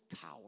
coward